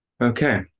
Okay